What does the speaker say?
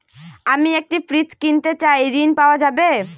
আমি একটি ফ্রিজ কিনতে চাই ঝণ পাওয়া যাবে?